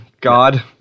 God